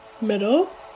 middle